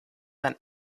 than